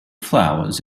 flowers